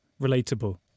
relatable